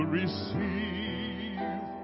receive